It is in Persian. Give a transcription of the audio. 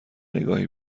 نگاهی